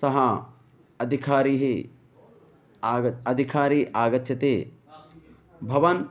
सः अधिकारी आगतः अधिकारी आगच्छति भवान्